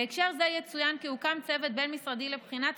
בהקשר זה יצוין כי הוקם צוות בין-משרדי לבחינת